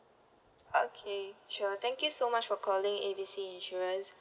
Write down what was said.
okay sure thank you so much for calling A B C insurance